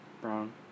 brown